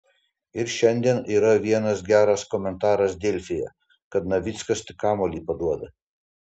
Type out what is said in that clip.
ir šiandien yra vienas geras komentaras delfyje kad navickas tik kamuolį paduoda